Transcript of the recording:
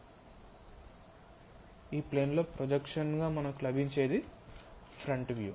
so ఈ plane లో ప్రొజెక్షన్గా మనకు లబించేది ఫ్రంట్ వ్యూ